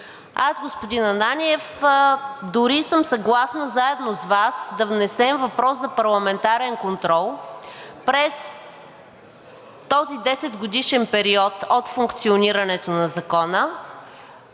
Аз, господин Ананиев, дори съм съгласна заедно с Вас да внесем въпрос за парламентарен контрол: през този 10-годишен период от функционирането на Закона